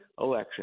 election